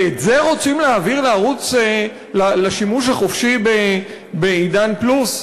ואת זה רוצים להעביר לשימוש החופשי ב"עידן פלוס"?